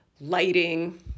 lighting